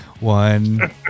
One